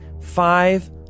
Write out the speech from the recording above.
Five